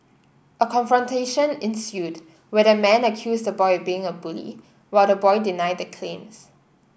a confrontation ensued where the man accused the boy of being a bully while the boy denied the claims